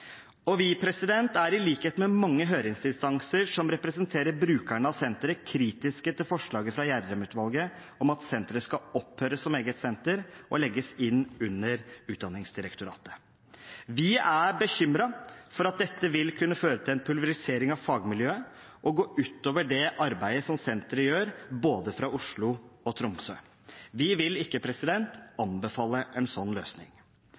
Vi er, i likhet med mange høringsinstanser som representerer brukerne av senteret, kritiske til forslaget fra Gjedrem-utvalget om at senteret skal opphøre som eget senter og legges inn under Utdanningsdirektoratet. Vi er bekymret for at dette vil kunne føre til en pulverisering av fagmiljøet og gå ut over det arbeidet som senteret gjør, fra både Oslo og Tromsø. Vi vil ikke anbefale en sånn løsning.